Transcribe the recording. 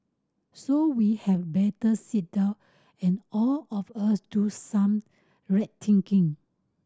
so we had better sit down and all of us do some rethinking